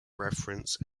reference